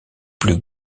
plus